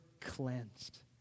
cleansed